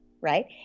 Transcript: Right